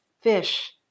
fish